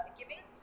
giving